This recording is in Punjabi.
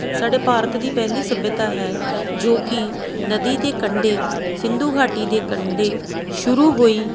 ਸਾਡੇ ਭਾਰਤ ਦੀ ਪਹਿਲੀ ਸੱਭਿਅਤਾ ਹੈ ਜੋ ਕਿ ਨਦੀ ਦੇ ਕੰਡੇ ਸਿੰਧੂ ਘਾਟੀ ਦੇ ਕੰਡੇ ਸ਼ੁਰੂ ਹੋਈ